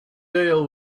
deal